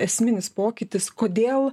esminis pokytis kodėl